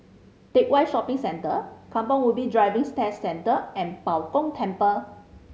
Teck Whye Shopping Centre Kampong Ubi Driving Test Centre and Bao Gong Temple